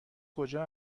کجا